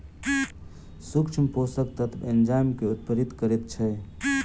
सूक्ष्म पोषक तत्व एंजाइम के उत्प्रेरित करैत छै